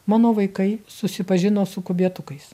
mano vaikai susipažino su kubietukais